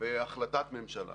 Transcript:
בהחלטת ממשלה